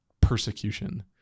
persecution